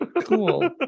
Cool